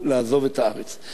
אדם לעמל יולד.